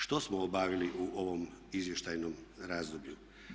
Što smo obavili u ovom izvještajnom razdoblju?